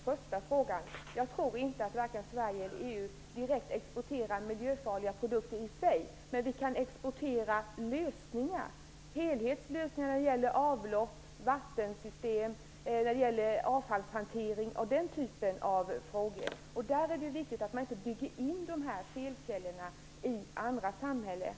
Fru talman! Jag tror inte att vare sig Sverige eller EU exporterar miljöfarliga produkter, men vi kan exportera helhetslösningar när det gäller avlopp, vattensystem, avfallshantering etc. Det är viktigt att man då inte bygger in felkällorna i andra samhällen.